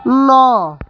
ନଅ